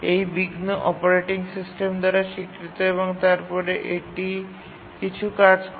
এই বিঘ্ন operating system দ্বারা স্বীকৃত এবং তারপরে এটি কিছু কাজ করে